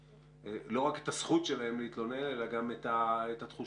לא רק את הזכות שלהם להתלונן אלא גם את התחושה